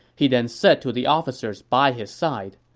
he then said to the officers by his side,